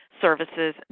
services